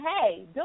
hey